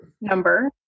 number